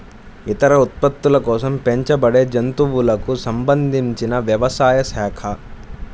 ఇతర ఉత్పత్తుల కోసం పెంచబడేజంతువులకు సంబంధించినవ్యవసాయ శాఖ